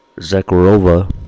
Zakharova